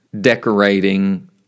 decorating